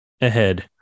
ahead